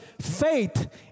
faith